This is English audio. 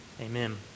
amen